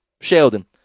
Sheldon